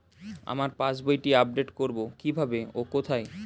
আমার পাস বইটি আপ্ডেট কোরবো কীভাবে ও কোথায়?